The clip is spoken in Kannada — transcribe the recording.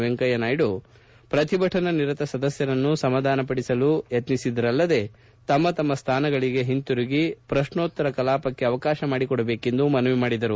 ವೆಂಕಯ್ಯನಾಯ್ತು ಪ್ರತಿಭಟನಾ ನಿರತ ಸದಸ್ಕರನ್ನು ಸಮಾಧಾನಪಡಿಸಲು ಯತ್ನಿಸಿದರಲ್ಲದೆ ತಮ್ಮ ತಮ್ಮ ಸ್ಥಾನಗಳಿಗೆ ಒಂತಿರುಗಿ ಪ್ರಕ್ನೋತ್ತರ ಕಲಾಪಕ್ಷೆ ಅವಕಾಶ ಮಾಡಿಕೊಡಬೇಕೆಂದು ಮನವಿ ಮಾಡಿದರು